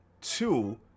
Two